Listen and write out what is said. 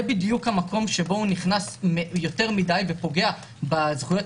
זה בדיוק המקום שהוא נכנס יותר מדי ופוגע בזכויות